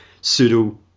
pseudo